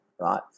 right